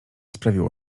sprawiło